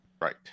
right